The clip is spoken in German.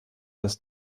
das